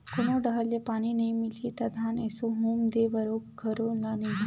कोनो डहर ले पानी नइ मिलही त धान एसो हुम दे बर घलोक नइ होही